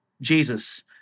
Jesus